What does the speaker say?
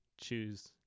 choose